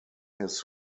his